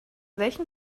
welchen